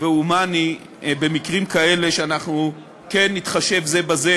והומני במקרים כאלה שאנחנו כן נתחשב זה בזה